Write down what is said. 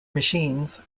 machines